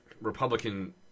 Republican